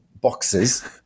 boxes